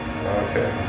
Okay